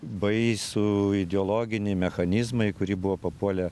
baisų ideologinį mechanizmą į kurį buvo papuolę